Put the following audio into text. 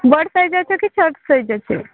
ବଡ଼ ସାଇଜ୍ ଅଛି କି ଛୋଟ ସାଇଜ୍ ଅଛି